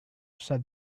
said